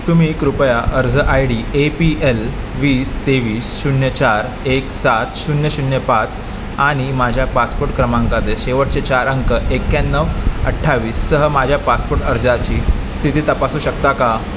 तुम्ही कृपया अर्ज I D A P L वीस तेवीस शून्य चार एक सात शून्य शून्य पाच आणि माझ्या पासपोट क्रमांकाचे शेवटचे चार अंक एक्क्याण्णव अठ्ठावीस सह माझ्या पासपोट अर्जाची स्थिती तपासू शकता का